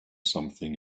something